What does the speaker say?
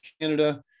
Canada